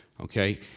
Okay